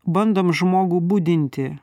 bandom žmogų budinti